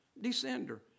Descender